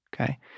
Okay